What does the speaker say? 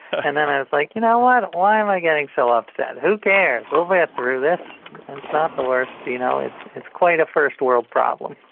and then i was like, you know what? why am i getting so upset? who cares? we'll get through this and it's not the worst, you know it's it's quite a first world problem.